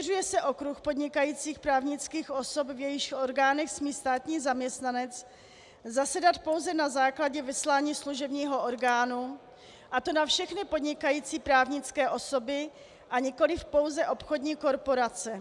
Rozšiřuje se okruh podnikajících právnických osob, v jejichž orgánech smí státní zaměstnanec zasedat pouze na základě vyslání služebního orgánu, a to na všechny podnikající právnické osoby a nikoliv pouze obchodní korporace.